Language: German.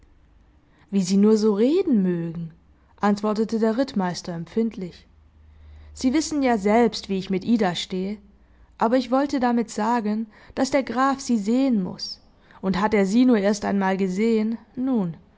wie sie nur so reden mögen antwortete der rittmeister empfindlich sie wissen ja selbst wie ich mit ida stehe aber ich wollte damit sagen daß der graf sie sehen muß und hat er sie nur erst einmal gesehen nun